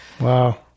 Wow